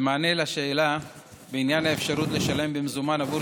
במענה על השאלה בעניין האפשרות לשלם במזומן עבור